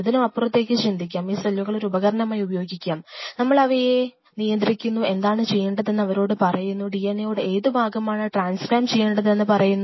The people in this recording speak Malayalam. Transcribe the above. ഇതിനും അപ്പുറത്തേക്ക് ചിന്തിക്കാം ഈ സെല്ലുകളെ ഒരു ഉപകരണമായി ഉപയോഗിക്കാം നമ്മൾ അവയെ നിയന്ത്രിക്കുന്നു എന്താണ് ചെയ്യേണ്ടതെന്ന് അവരോടു പറയുന്നു DNAയുടെ ഏതു ഭാഗമാണ് ട്രാൻസ്ക്രൈബ് ചെയ്യേണ്ടതെന്ന് പറയുന്നു